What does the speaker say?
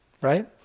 right